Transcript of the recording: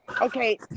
Okay